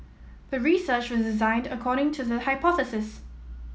the research was designed according to the hypothesis